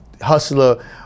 Hustler